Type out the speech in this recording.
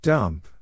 Dump